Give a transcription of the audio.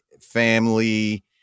family